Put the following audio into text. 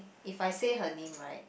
if I say her name right